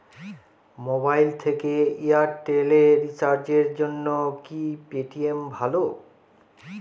Mobile থেকে Airtel এ রিচার্জের জন্য কি পেটিএম ভালো?